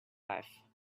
life